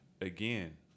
Again